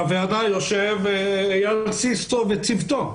בוועדה יושב אייל סיסו וצוותו,